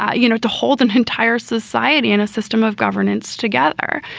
ah you know, to hold an entire society in a system of governance together.